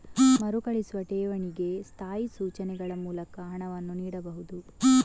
ಮರುಕಳಿಸುವ ಠೇವಣಿಗೆ ಸ್ಥಾಯಿ ಸೂಚನೆಗಳ ಮೂಲಕ ಹಣವನ್ನು ನೀಡಬಹುದು